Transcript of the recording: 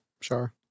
Sure